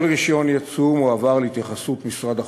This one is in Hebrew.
כל רישיון ייצוא מועבר להתייחסות משרד החוץ.